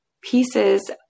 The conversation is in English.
pieces